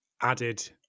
added